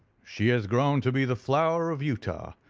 she has grown to be the flower of utah,